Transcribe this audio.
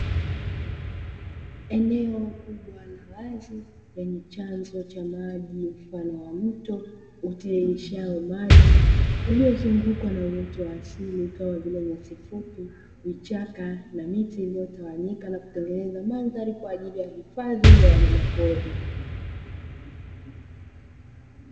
Eneo kubwa la wazi lenye chanzo cha maji mfano wa mto utiririshao maji uliyozungukwa na uoto wa asili kama vile nyasi fupi, vichaka na miti iliyotawanyika na kutengeneza mandhari kwaajili ya wanyama pori.